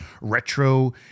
retro